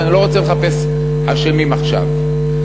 ואני לא רוצה לחפש אשמים עכשיו.